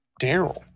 Daryl